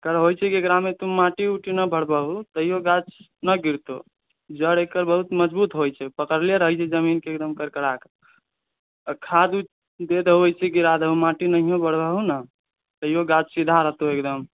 होइ छै की एकरा मे तू माटी ऊटी नहि भरबहू तैयो गाछ ने गिरतो जड़ एकर बहुत मजबूत होइ छै पकरले रहै छै जमीन के एकदम करकरा के खाद ऊद दे दहु ऐसेहु गिरा देबहु माटि नहिहो भरबहु ने तैयो गाछ सीधा रहतौ एकदम